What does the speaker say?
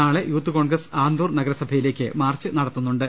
നാളെ യൂത്ത് കോൺഗ്രസ് ആന്തൂർ നഗരസഭയിലേക്ക് മാർച്ച് നടത്തുന്നുണ്ട്